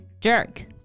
Jerk